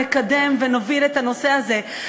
נקדם ונוביל את הנושא הזה.